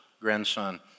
grandson